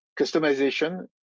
customization